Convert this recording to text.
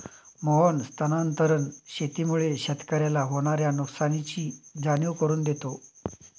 मोहन स्थानांतरण शेतीमुळे शेतकऱ्याला होणार्या नुकसानीची जाणीव करून देतो